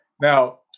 Now